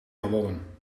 gewonnen